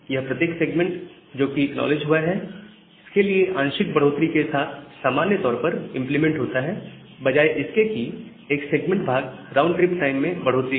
यह प्रत्येक सेगमेंट जो कि एक्नॉलेज हुआ है के लिए आंशिक बढ़ोतरी के साथ सामान्य तौर पर इंप्लीमेंट होता है बजाय इसके कि एक सेगमेंट भाग राउंडट्रिप टाइम में बढ़ोतरी के